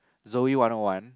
Zoey-one-O-one